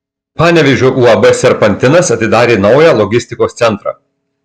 panevėžio uab serpantinas atidarė naują logistikos centrą